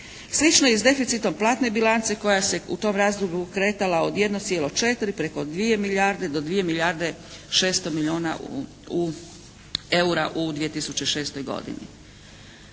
Slično je i s deficitom platne bilance koja se u tom razdoblju kretala od 1,4 preko 2 milijarde do 2 milijarde 600 milijuna EUR-a u 2006. godini.